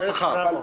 זה השכר.